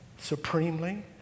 supremely